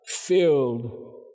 filled